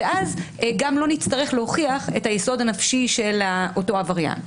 ואז לא נצטרך להוכיח את היסוד הנפשי של אותו עבריין.